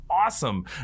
awesome